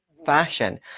fashion